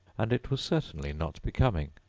and it was certainly not becoming.